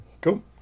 Cool